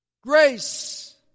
Grace